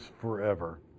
forever